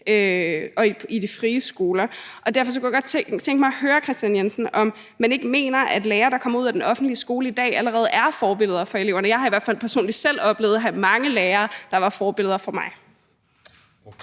og i de frie skoler. Derfor kunne jeg godt tænke mig at høre Kristian Jensen, om man ikke mener, at lærere, der kommer ud af den offentlige skole i dag, allerede er forbilleder for eleverne. Jeg har i hvert fald selv oplevet at have mange lærere, der var forbilleder for mig. Kl.